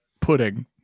pudding